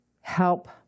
Help